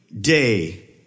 day